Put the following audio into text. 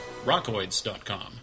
rockoids.com